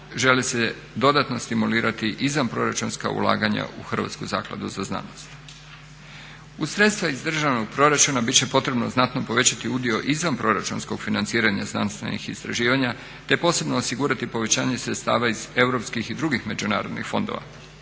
Uz sredstva iz državnog proračuna bit će potrebno znatno povećati udio izvanproračunskog financiranja znanstvenih istraživanja te posebno osigurati povećanje sredstava iz europskih i drugih međunarodnih fondova.